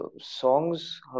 songs